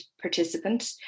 participant